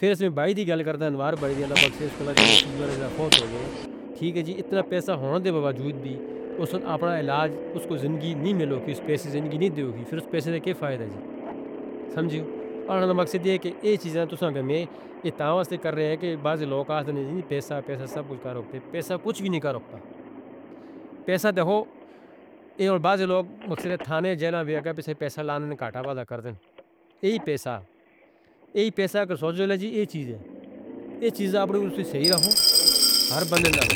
پیسہ میں by the گال کر دئا نوار بائی دی اللہ بکسیر سکولہ جنہ سیبہ رجہ فوت ہو گئے ٹھیک ہے جی اتنا پیسہ ہون دے بوجود بھی اسن اپنا علاج اس کو زندگی نہیں ملو کی اس پیسے زندگی نہیں دے گی پھر اس پیسے دے کی فائدہ جی سمجھیو۔ اور انہوں نے مقصد یہ ہے کہ اے چیزیں تسانگے میں اتاں واسے کر رہے ہیں کہ بعض لوگ کہتے ہیں پیسہ سب کچھ نہیں کر سکتا، پیسہ کچھ بھی نہیں کر سکتا۔ پیسہ دیکھو اے اور بعض لوگ مقصد ہے تھانے جینا بھی ہے کہ پیسہ لانے نے کٹا بادہ کر دیں۔ یہی پیسہ، یہی پیسہ اگر سوچو لیں جی اے چیز ہے۔ اے چیز اپنے اوپر صحیح رہو، ہر بندے نال